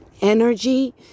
energy